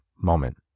moment